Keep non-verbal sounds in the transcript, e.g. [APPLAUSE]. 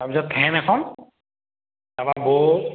তাৰপিছত ফেন এখন তাৰ পৰা [UNINTELLIGIBLE]